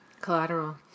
Collateral